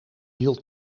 hield